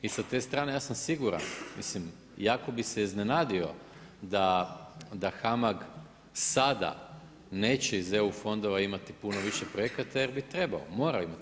I sa te strane ja sam siguran, mislim jako bih se iznenadio da HAMAG sada neće iz EU fondova imati puno više projekata jer bi trebao, morao imati.